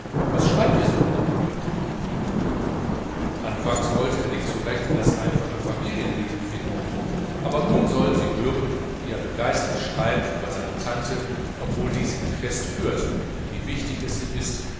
was schreibt ihr sohn anfangs wollte er sich nicht recht in das einfache familienleben finden aber nun sollten sie hören wie er begeistert schreibt über seine tante obwohl diese ihn fest führt wie wichtig es ihm ist